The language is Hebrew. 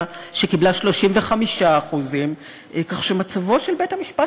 שקיבלה 35%. כך שמצבו של בית-המשפט